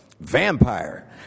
vampire